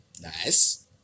Nice